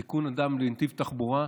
סיכון אדם בנתיב תחבורה,